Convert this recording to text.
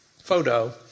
photo